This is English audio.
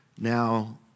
now